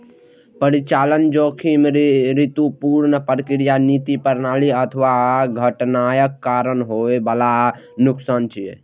परिचालन जोखिम त्रुटिपूर्ण प्रक्रिया, नीति, प्रणाली अथवा घटनाक कारण होइ बला नुकसान छियै